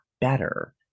better